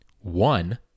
one